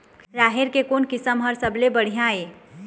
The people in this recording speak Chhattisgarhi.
राहेर के कोन किस्म हर सबले बढ़िया ये?